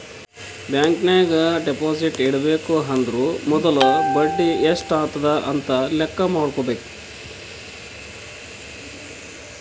bank ನಾಗ್ deposit ಇಡಬೇಕ ಅಂದುರ್ ಮೊದುಲ ಬಡಿ ಎಸ್ಟ್ ಆತುದ್ ಅಂತ್ ಲೆಕ್ಕಾ ಮಾಡ್ಕೋಬೇಕ